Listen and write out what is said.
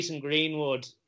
Greenwood